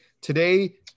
today